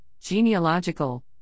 genealogical